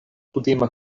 kutima